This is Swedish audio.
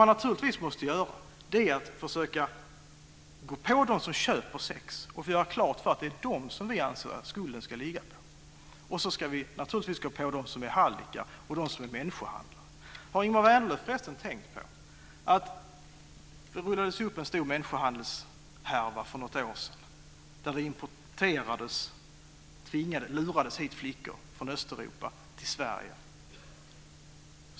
Man måste naturligtvis försöka gå på dem som köper sex och göra klart att det är på dem vi anser att skulden ska ligga. Vi ska naturligtvis gå på dem som är hallickar och dem som är människohandlare. Det rullades upp en stor människohandelshärva för något år sedan. Av helt samvetslösa människohandlare lurades flickor från Östeuropa till Sverige.